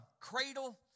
cradle